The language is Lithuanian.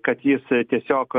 kad jis tiesiog